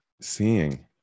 seeing